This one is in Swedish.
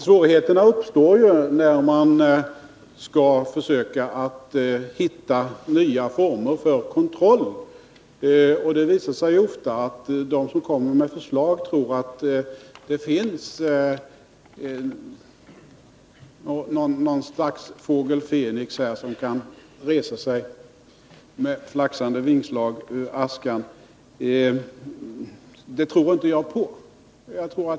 Svårigheterna uppstår när man skall försöka hitta nya former för kontroll. Det visar sig ofta att de som kommer med förslag tror att det här finns en fågel Fenix, som med flaxande vingar kan resa sig ur askan. Det tror inte jag.